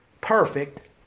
perfect